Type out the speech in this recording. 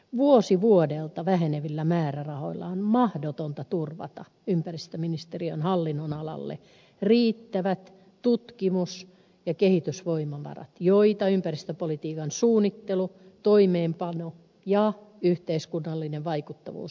vuosi vuodelta vähenevillä määrärahoilla on mahdotonta turvata ympäristöministeriön hallinnonalalle riittävät tutkimus ja kehitysvoimavarat joita ympäristöpolitiikan suunnittelu toimeenpano ja yhteiskunnallinen vaikuttavuus edellyttävät